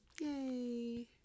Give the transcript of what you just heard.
Yay